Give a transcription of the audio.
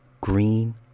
green